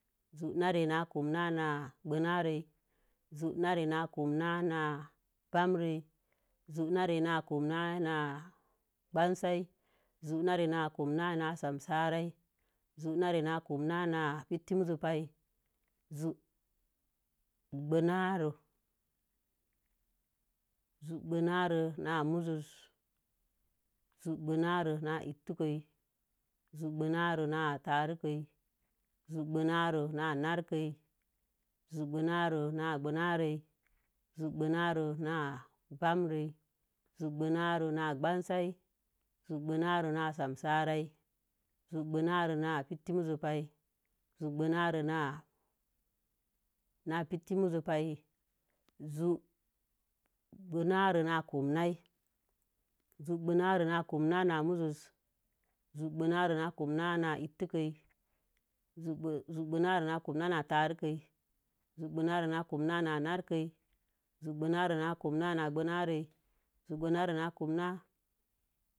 Zu narei na komnai gbanarei, zu narei na komnai bamburei, zu narei na komnai gbansai, zu narei na komnai samsaarai, zu narei na komnai piti muzopei zu bnarei, zu bnarei na muzoi, zu bnarei na ittəkei, zu bnarei na taarekə zu bnarei na na'kəi, zu bnarei na bamren, zu bnarei na gbansəi, zu bnarei na piti muzopa, zu bnarei na komnai, zu bnarei na komnai muzoi, zu bnarei na komnai ittəkei, zu bnarei na komnai taarekə, zu bnarei na komnai narekə, zu bnarei na komnai gbanare, zu bnarei na komna,